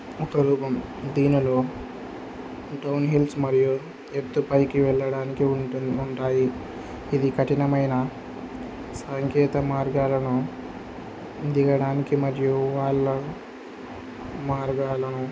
ఒక రూపం దీనిలో డౌన్హిల్స్ మరియు ఎత్తు పైకి వెళ్ళడానికి ఉంటు ఉంటాయి ఇది కఠినమైన సాంకేత మార్గాలను దిగడానికి మరియు వాళ్ళ మార్గాలను